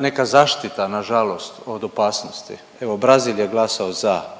neka zaštita nažalost od opasnosti. Evo Brazil je glasao za,